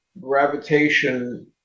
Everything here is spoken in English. gravitation